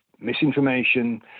misinformation